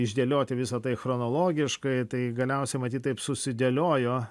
išdėlioti visa tai chronologiškai tai galiausiai matyt taip susidėliojo